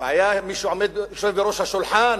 הבעיה עם מי שיושב בראש השולחן,